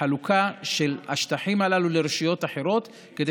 חלוקה של השטחים הללו לרשויות אחרות כדי